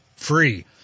free